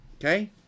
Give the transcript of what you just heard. Okay